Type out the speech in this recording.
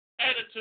attitude